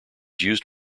used